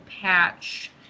Patch